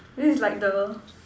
this is like the